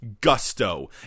gusto